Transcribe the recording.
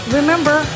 remember